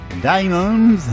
Diamonds